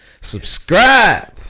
subscribe